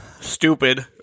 stupid